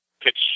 pitch